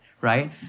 right